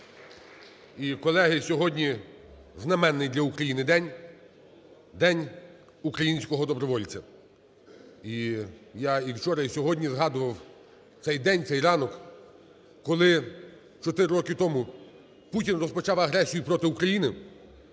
І, колеги, сьогодні знаменний для України день – День українського добровольця. І я і вчора, і сьогодні згадував цей день, цей ранок, коли 4 роки тому Путін розпочав агресію проти України.